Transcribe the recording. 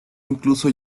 incluso